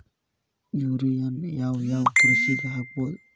ಯೂರಿಯಾನ ಯಾವ್ ಯಾವ್ ಕೃಷಿಗ ಹಾಕ್ಬೋದ?